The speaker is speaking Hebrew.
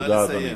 נא לסיים.